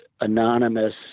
Anonymous